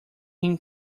him